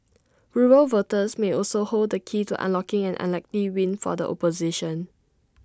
rural voters may also hold the key to unlocking an unlikely win for the opposition